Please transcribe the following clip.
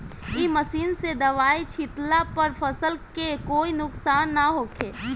ए machine से दवाई छिटला पर फसल के कोई नुकसान ना होखे